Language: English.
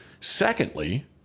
Secondly